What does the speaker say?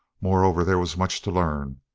moreover, there was much to learn,